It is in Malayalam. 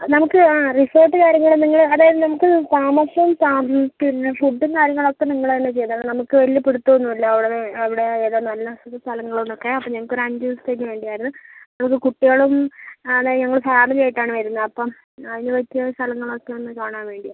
നമുക്ക് റിസോർട്ട് കാര്യങ്ങൾ നിങ്ങൾ അതായത് നമുക്ക് താമസം പിന്ന ഫുഡ്ഡും കാര്യങ്ങൾ ഒക്കെ നിങ്ങൾ തന്നെ ചെയ്ത് തരണം നമുക്ക് വലിയ പിടിത്തം ഒന്നും ഇല്ല ഉള്ളത് അവിടെ ഏതാ നല്ല ഇത് സ്ഥലങ്ങളെന്നൊക്കെ അപ്പം ഞങ്ങൾക്ക് ഒരു അഞ്ച് ദിവസത്തേക്ക് വേണ്ടി ആയിരുന്നു നമുക്ക് കുട്ടികളും അതെ ഞങ്ങൾ ഫാമിലി ആയിട്ടാണ് വരുന്നത് അപ്പം അതിന് പറ്റിയ സ്ഥലങ്ങളൊക്കെ ഒന്ന് കാണാൻ വേണ്ടിയാണ്